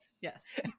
yes